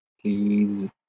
Please